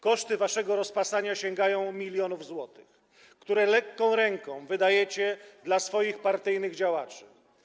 Koszty waszego rozpasania sięgają milionów złotych, które lekką ręką wydajecie na swoich partyjnych działaczy.